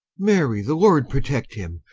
marry the lord protect him,